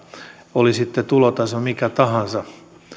oli sitten tulotaso mikä tahansa